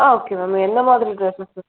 okay ma'am என்ன மாதிரி dresses